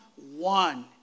one